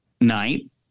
night